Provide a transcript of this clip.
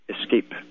escape